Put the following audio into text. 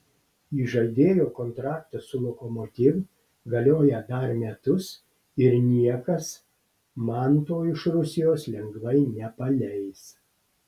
įžaidėjo kontraktas su lokomotiv galioja dar metus ir niekas manto iš rusijos lengvai nepaleis